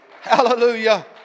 Hallelujah